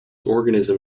organism